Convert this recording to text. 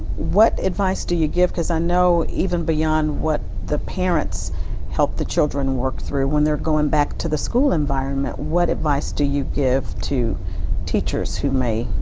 what advice do you give? because i know even beyond what the parent helped the children work through when they're going back to the school environment, what advice do you give to teachers who may,